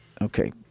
Okay